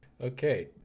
okay